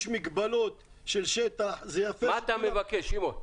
יש מגבלות של שטח --- מה אתה מבקש, שמעון?